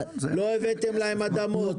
לא הבאתם להם אדמות,